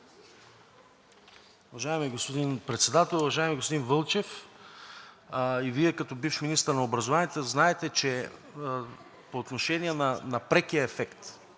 Уважаеми господин Председател! Уважаеми господин Вълчев, и Вие като бивш министър на образованието знаете, че по отношение на прекия ефект